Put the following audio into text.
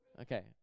okay